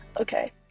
Okay